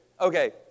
Okay